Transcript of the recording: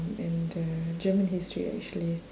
and the german history actually